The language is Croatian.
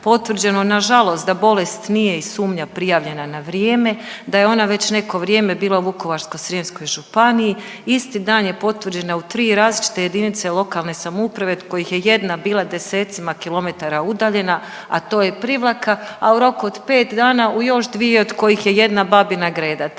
potvrđeno na žalost da bolest nije i sumnja prijavljena na vrijeme, da je ona već neko vrijeme bila u Vukovarsko-srijemskoj županiji. Isti dan je potvrđena u 3 različite jedinice lokalne samouprave od kojih je jedna bila desecima kilometara udaljena, a to je Privlaka, a u roku od 5 dana u još dvije od kojih je jedna Babina Greda.